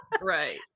Right